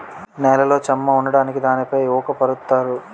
నేలలో చెమ్మ ఉండడానికి దానిపైన ఊక పరుత్తారు